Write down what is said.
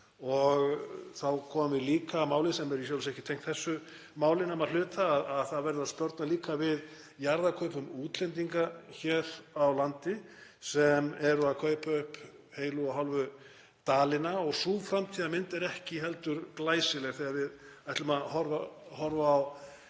Þá komum við líka að máli sem er í sjálfu sér ekki tengt þessu máli nema að hluta, það verður að sporna líka við jarðakaupum útlendinga hér á landi sem eru að kaupa upp heilu og hálfu dalina og sú framtíðarmynd er ekki heldur glæsileg þegar við ætlum að horfa á